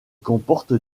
comporte